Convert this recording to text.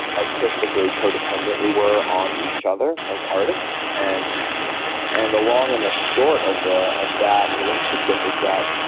artistically co-dependent we were on each other as artists. and and the long and the short of the of that relationship is that